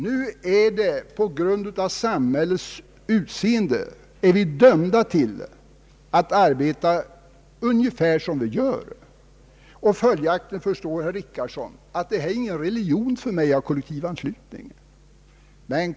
Nu är vi på grund av samhällets utseende dömda att arbeta ungefär som vi gör. Följaktligen förstår herr Richardson, att detta med kollektivanslutning icke är någon religion för mig.